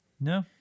No